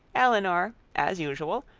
elinor, as usual,